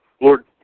Lord